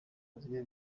aziya